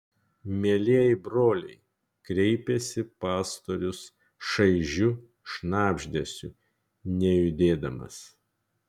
mielieji broliai kreipėsi pastorius šaižiu šnabždesiu nejudėdamas